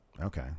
Okay